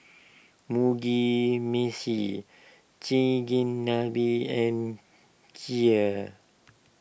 Mugi Meshi Chigenabe and Kheer